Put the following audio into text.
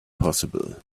possible